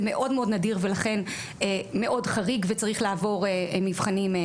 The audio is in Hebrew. זה מאוד נדיר ולכן מאוד חריג וצריך לעבור מבחנים.